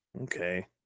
Okay